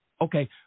Okay